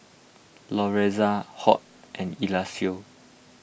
Lorenza Hoyt and Eliseo